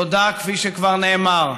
כפי שכבר נאמר,